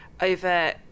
over